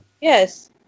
Yes